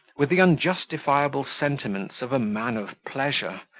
with the unjustifiable sentiments of a man of pleasure,